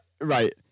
Right